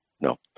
No